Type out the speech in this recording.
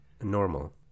normal